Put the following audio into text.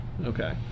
okay